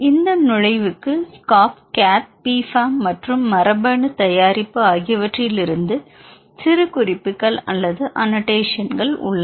இந்த நுழைவுக்கு SCOP CATH P FAM மற்றும் மரபணு தயாரிப்பு ஆகியவற்றிலிருந்து சிறுகுறிப்புகள் அல்லது அனோடேஷன் உள்ளன